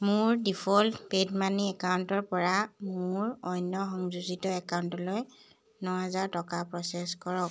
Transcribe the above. মোৰ default PayUmoney একাউণ্টৰপৰা মোৰ অন্য সংযোজিত একাউণ্টলৈ ন হেজাৰ টকা প্ৰ'চেছ কৰক